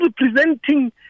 representing